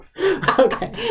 Okay